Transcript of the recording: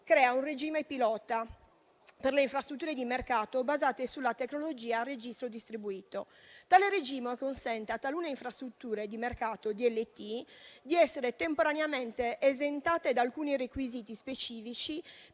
crea un regime pilota per le infrastrutture di mercato basate sulla tecnologia a registro distribuito. Tale regime consente a talune infrastrutture di mercato DLT di essere temporaneamente esentate da alcuni requisiti specifici